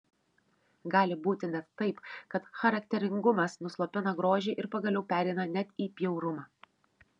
gali būti net taip kad charakteringumas nuslopina grožį ir pagaliau pereina net į bjaurumą